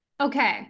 Okay